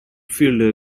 fielder